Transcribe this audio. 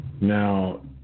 Now